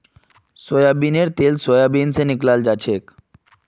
सोयाबीनेर तेल सोयाबीन स निकलाल जाछेक